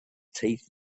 teeth